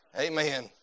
Amen